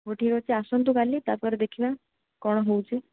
ହଉ ଠିକ ଅଛି ଆସନ୍ତୁ କାଲି ତା'ପରେ ଦେଖିବା କ'ଣ ହେଉଛି